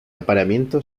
apareamiento